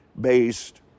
based